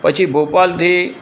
પછી ભોપાલથી